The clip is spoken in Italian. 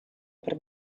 per